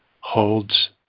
holds